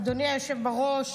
אדוני היושב בראש.